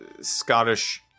Scottish